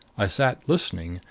i sat listening,